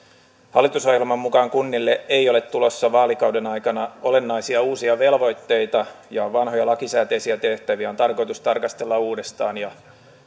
hallitusohjelman mukaan kunnille ei ole tulossa vaalikauden aikana olennaisia uusia velvoitteita ja vanhoja lakisääteisiä tehtäviä on tarkoitus tarkastella uudestaan